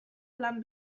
lan